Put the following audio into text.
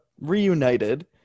reunited